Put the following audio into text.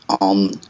on